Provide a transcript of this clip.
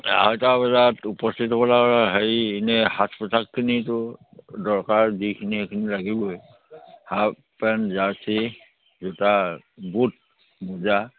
আঢ়ৈটা বজাত উপস্থিত হ'ব লাগিব আৰু হেৰি এনে সাজ পোচাকখিনিটো দৰকাৰ যিখিনি এইখিনি লাগিবই হাফ পেণ্ট জাৰ্চি জোতা বুট মোজা